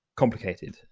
complicated